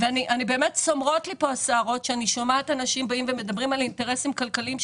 אבל העלאת המיסוי מטרתה ליצור מגבלה משמעותית על חשיפה של